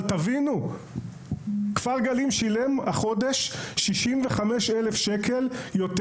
תבינו, כפר גלים שילם החודש 65,000 שקל יותר